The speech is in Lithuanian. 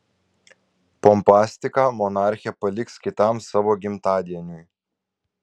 pompastiką monarchė paliks kitam savo gimtadieniui